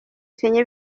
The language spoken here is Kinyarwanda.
kenya